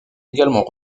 également